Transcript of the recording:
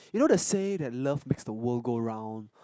you know the say that love makes the world go round